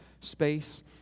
space